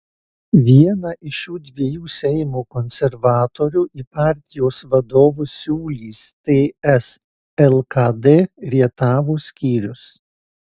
vieną iš šių dviejų seimo konservatorių į partijos vadovus siūlys ts lkd rietavo skyrius